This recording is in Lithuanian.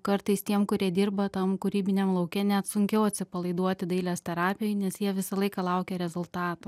kartais tiem kurie dirba tam kūrybiniam lauke net sunkiau atsipalaiduoti dailės terapijoj nes jie visą laiką laukia rezultato